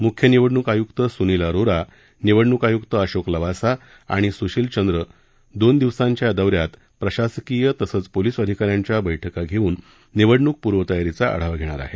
मुख्य निवडणूक आयुक्त सुनील अरोरा निवडणूक आयुक्त अशोक लवासा आणि सुशील चंद्र दोन दिवसांच्या या दौऱ्यात प्रशासकीय तसंच पोलिस अधिकाऱ्यांच्या बैठका घेऊन निवडणुक पूर्वतयारीचा आढावा घेणार आहेत